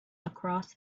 across